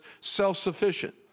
self-sufficient